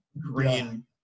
green